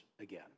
again